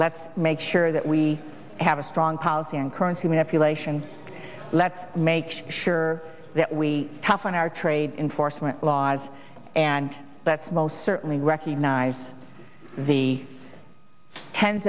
let's make sure that we have a strong policy and currency manipulation let's make sure that we toughen our trade enforcement laws and that's most certainly